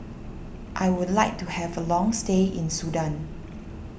I would like to have a long stay in Sudan